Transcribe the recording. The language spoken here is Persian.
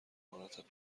حالت